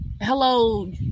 hello